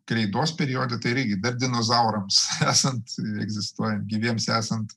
kreidos periodu tai irgi dar dinozaurams esant egzistuojant gyviems esant